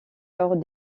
lors